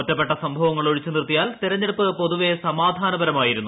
ഒറ്റപ്പെട്ട സംഭവങ്ങൾ ഒഴിച്ച് നിർത്തിയാൽ തിരഞ്ഞെടുപ്പ് പൊതുവെ സമാധാനപരമായിരുന്നു